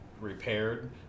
repaired